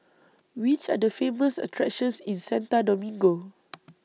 Which Are The Famous attractions in Santo Domingo